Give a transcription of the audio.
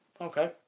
Okay